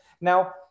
now